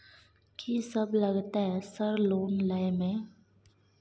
कि सब लगतै सर लोन लय में?